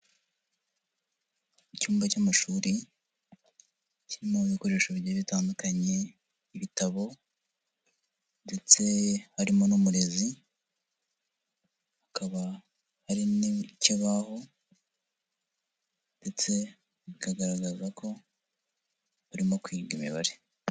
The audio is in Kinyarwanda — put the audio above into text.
Icyumba cy'amashuri kirimo ibikoresho bigiye bitandukanye, ibitabo ndetse harimo n'umurezi, hakaba hari n'ikibaho ndetse bikagaragaza ko barimo kwiga imibare.